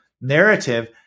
narrative